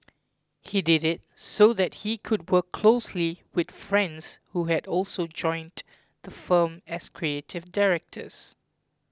he did it so that he could work closely with friends who had also joined the firm as creative directors